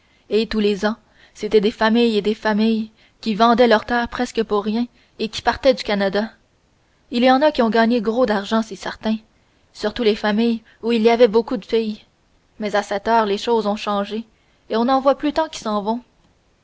et tous les ans c'étaient des familles et des familles qui vendaient leur terre presque pour rien et qui partaient du canada il y en a qui ont gagné gros d'argent c'est certain surtout les familles où il y avait beaucoup de filles mais à cette heure les choses ont changé et on n'en voit plus tant qui s'en vont